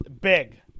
big